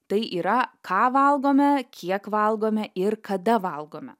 tai yra ką valgome kiek valgome ir kada valgome